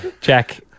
Jack